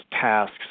tasks